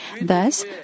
Thus